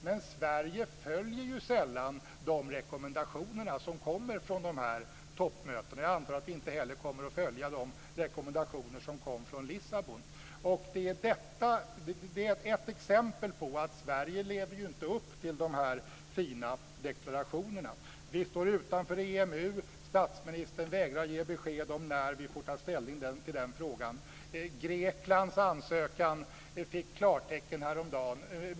Men Sverige följer ju sällan rekommendationerna från toppmötena, och jag antar att vi inte heller kommer att följa rekommendationerna från Lissabon. Detta är ett exempel på att Sverige inte lever upp till de fina deklarationerna. Vi står utanför EMU. Statsministern vägrar att ge besked om när vi får ta ställning i den frågan. Greklands ansökan fick klartecken häromdagen.